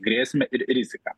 grėsmę ir riziką